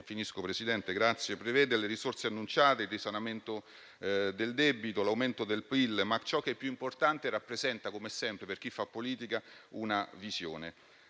una serie di misure, prevede le risorse annunciate, il risanamento del debito, l'aumento del PIL, ma ciò che è più importante è che rappresenta - come sempre per chi fa politica - una visione.